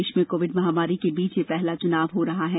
देश में कोविड महामारी के बीच ये पहला चुनाव हो रहा है